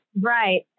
Right